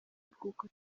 bw’uko